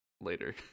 later